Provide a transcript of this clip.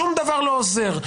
שום דבר לא עוזר.